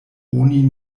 oni